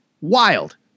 wild